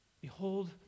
Behold